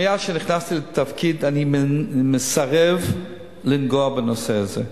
מייד כשנכנסתי לתפקיד, אני מסרב לנגוע בנושא הזה,